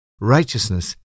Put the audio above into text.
Righteousness